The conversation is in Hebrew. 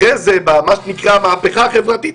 אחרי זה במה שנקרא המהפכה החברתית,